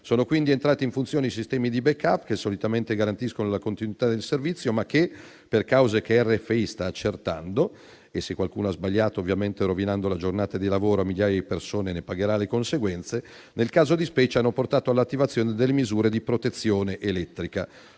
Sono quindi entrati in funzione i sistemi di *backup*, che solitamente garantiscono la continuità del servizio, ma che, per cause che RFI sta accertando - e se qualcuno ha sbagliato, rovinando la giornata di lavoro a migliaia di persone, ne pagherà le conseguenze - nel caso di specie hanno portato all'attivazione delle misure di protezione elettrica.